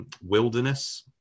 Wilderness